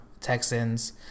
Texans